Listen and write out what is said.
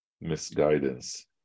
misguidance